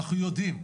אנחנו יודעים,